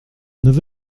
neuf